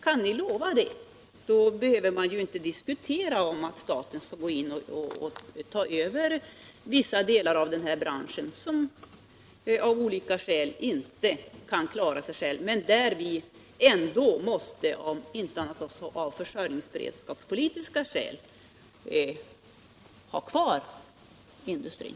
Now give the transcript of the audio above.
Kan ni lova det behöver man inte diskutera att staten skall gå in och ta över vissa delar av den här branschen, som av olika skäl inte kan klara sig själva fastän vi — om inte annat av försörjningspolitiska skäl — måste ha kvar industrin.